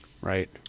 right